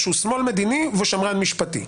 שהוא שמאל מדיני ושמרן משפטי.